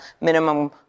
minimum